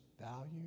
value